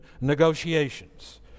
negotiations